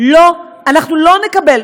אנחנו לא נקבל,